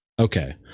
okay